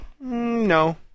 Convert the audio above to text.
No